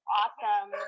awesome